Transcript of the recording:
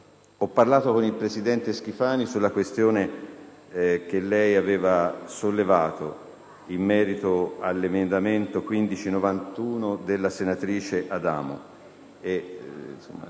ho parlato con il presidente Schifani della questione che lei aveva sollevato in merito all'emendamento 15.91 della senatrice Adamo.